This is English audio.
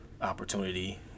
opportunity